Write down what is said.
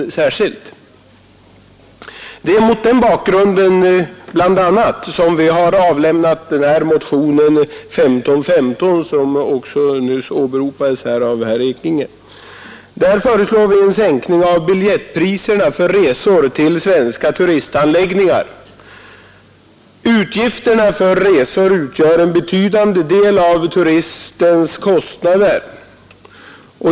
Det är bl.a. mot den bakgrunden som vi väckt motionen 1515, vilken också nyss åberopades här av herr Ekinge. Där föreslår vi en sänkning av biljettpriserna för resor till svenska turistanläggningar. Utgifterna för resor utgör en betydande del av turistens kostnader.